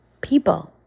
people